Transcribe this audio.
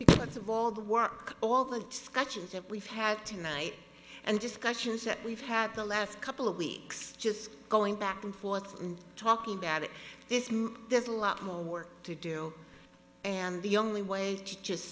because of all the work all the actions that we've had tonight and discussions that we've had the last couple of weeks just going back and forth talking about it is there's a lot more work to do and the only way to just